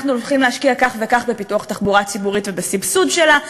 אנחנו הולכים להשקיע כך וכך בפיתוח תחבורה ציבורית ובסבסוד שלה,